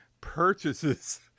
purchases